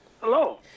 Hello